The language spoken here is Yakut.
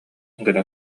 гына